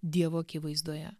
dievo akivaizdoje